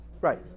Right